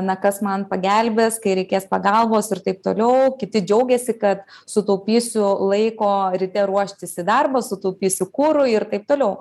na kas man pagelbės kai reikės pagalbos ir taip toliau kiti džiaugėsi kad sutaupysiu laiko ryte ruoštis į darbą sutaupysiu kurui ir taip toliau